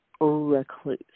recluse